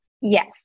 Yes